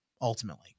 ultimately